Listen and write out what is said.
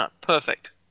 perfect